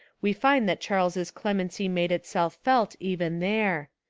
we find that charles's clemency made itself felt even there.